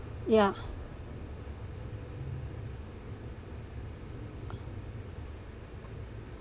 yeah